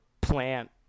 plant